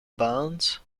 bands